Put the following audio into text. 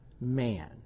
man